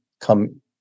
come